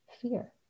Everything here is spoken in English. fear